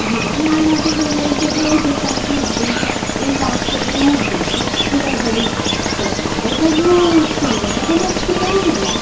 ಗಿಡ ನಾನು ಅದೇ ಎಲ್ಲರಿಗೂ ಹೇಳಬೇಕು ಅಂತ ಇದ್ದೆ ಈಗ ಎಂಥ ಆಗ್ತದೆ ನೋಡಬೇಕು ಹುಳುಗಳು ಸೊಳ್ಳೆಗಳು ತೋಟದಲ್ಲಿ ಅಷ್ಟು ಬರುವುದಿಲ್ಲ